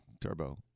Turbo